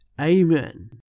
Amen